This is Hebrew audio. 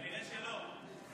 כנראה שלא.